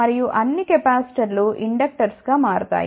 మరియు అన్ని కెపాసిటర్లు ఇండక్టర్స్ గా మారతాయి